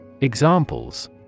Examples